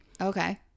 Okay